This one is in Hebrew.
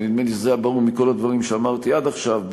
ונדמה לי שזה היה ברור מכל הדברים שאמרתי עד עכשיו,